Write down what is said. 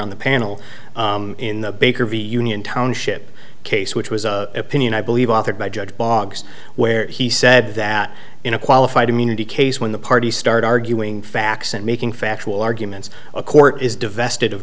on the panel in the baker v union township case which was a pinion i believe authored by judge boggs where he said that in a qualified immunity case when the parties start arguing facts and making factual arguments a court is divest it of